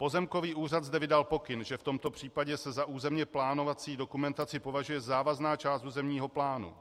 Pozemkový úřad zde vydal pokyn, že v tomto případě se za územně plánovací dokumentaci považuje závazná část územního plánu.